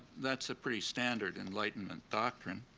that's a pretty standard enlightenment doctrine.